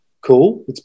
Cool